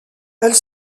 elle